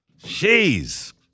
Jeez